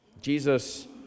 Jesus